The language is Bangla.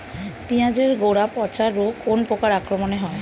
পিঁয়াজ এর গড়া পচা রোগ কোন পোকার আক্রমনে হয়?